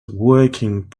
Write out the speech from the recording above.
working